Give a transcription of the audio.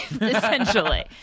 essentially